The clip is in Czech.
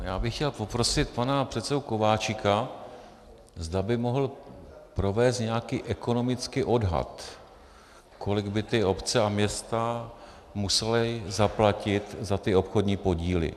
Já bych chtěl poprosit pana předsedu Kováčika, zda by mohl provést nějaký ekonomický odhad, kolik by obce a města musely zaplatit za ty obchodní podíly.